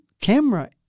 camera